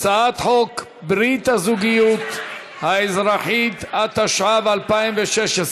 הצעת חוק ברית הזוגיות האזרחית, התשע"ו 2016,